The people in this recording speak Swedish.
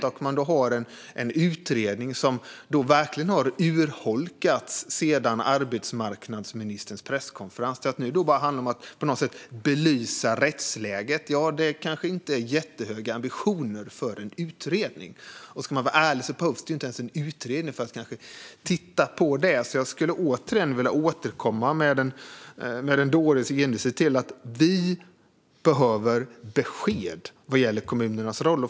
Vi har också en utredning som verkligen har urholkats sedan arbetsmarknadsministerns presskonferens till att nu bara handla om att på något sätt belysa rättsläget, och det kanske inte är jättehöga ambitioner för en utredning. Och ska man vara ärlig behövs det inte ens en utredning för att titta på det. Jag återkommer med en dåres envishet till att vi behöver besked vad gäller kommunernas roll.